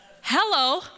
Hello